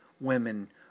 women